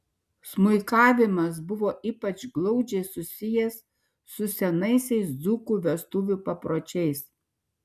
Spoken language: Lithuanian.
smuikavimas buvo ypač glaudžiai susijęs su senaisiais dzūkų vestuvių papročiais